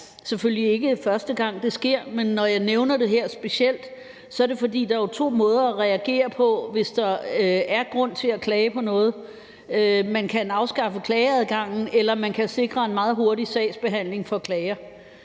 selvfølgelig ikke første gang, det sker, men når jeg nævner det her som noget specielt, er det, fordi der jo er to måder at reagere på, hvis der er grund til at klage over noget. Man kan afskaffe klageadgangen, eller man kan sikre en meget hurtig sagsbehandling af klager.